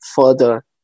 further